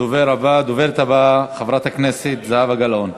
הדוברת הבאה, חברת הכנסת זהבה גלאון,